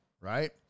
right